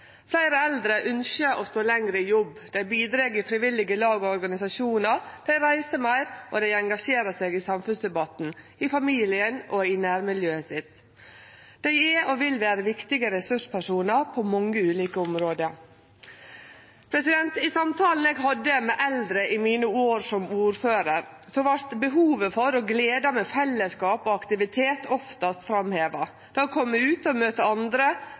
Fleire eldre ønskjer å stå lenger i jobb. Dei bidreg i frivillige lag og organisasjonar. Dei reiser meir, og dei engasjerer seg i samfunnsdebatten, i familien og i nærmiljøet sitt. Dei er og vil vere viktige ressurspersonar på mange ulike område. I samtalane eg hadde med eldre i mine år som ordførar, vart behovet for og gleda ved fellesskap og aktivitet oftast framheva. Det å kome ut og møte andre